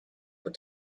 but